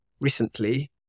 recently